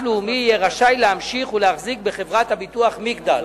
לאומי יהיה רשאי להמשיך ולהחזיק בחברת הביטוח "מגדל".